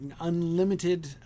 unlimited